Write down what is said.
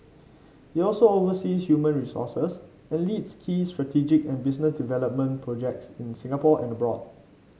he also oversees human resources and leads key strategic and business development projects in Singapore and abroad